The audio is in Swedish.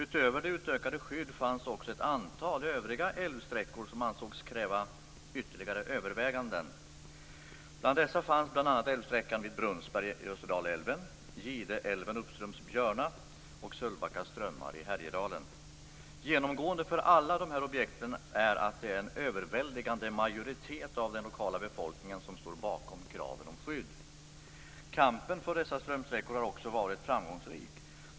Utöver detta utökade skydd fanns ett antal älvsträckor som ansågs krävs ytterligare överväganden. Bland dessa fanns bl.a. älvsträckan vid Brunnsberg i Österdalälven, Gideälven uppströms Björna och Sölvbacka strömmar i Härjedalen. Genomgående för alla dessa objekt är att det är en överväldigande majoritet av den lokala befolkningen som står bakom kraven på skydd. Kampen för dessa strömsträckor har också varit framgångsrik.